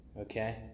okay